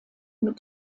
mit